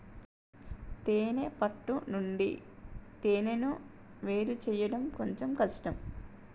తేనే పట్టు నుండి తేనెను వేరుచేయడం కొంచెం కష్టం